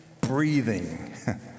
breathing